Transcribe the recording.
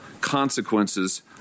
consequences